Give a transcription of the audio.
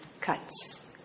cuts